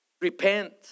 Repent